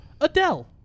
Adele